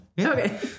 Okay